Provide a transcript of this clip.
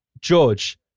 George